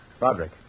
roderick